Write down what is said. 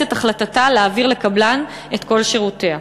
את החלטה להעביר לקבלן את כל שירותיה.